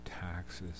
taxes